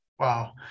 Wow